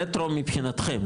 רטרו מבחינתכם,